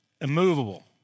immovable